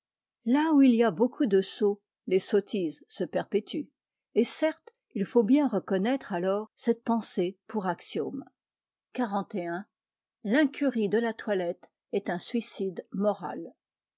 là où il y a beaucoup de sots les sottises se perpétuent et certes il faut bien reconnaître alors cette pensée pour axiome xli l'incurie de la toilette est un suicide moral